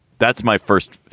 that's my first.